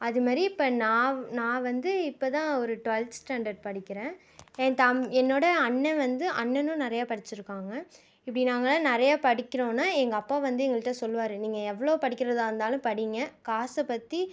அதுமாதிரி இப்போ நான் நான் வந்து இப்போதான் ஒரு ட்வெல்த் ஸ்டாண்டர்ட் படிக்கிறேன் என் தம் என்னோடய அண்ணன் வந்து அண்ணனும் நிறைய படிச்சுருக்காங்க இப்படி நாங்கள் நிறைய படிக்குறோம்னா எங்கள் அப்பா வந்து எங்கள் கிட்டே சொல்வார் நீங்ள்க எவ்வளோ படிக்கிறதாக இருந்தாலும் படிங்க காசைப் பற்றி